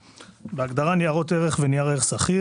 בהגדרה "ניירות ערך" ו"נייר ערך סחיר",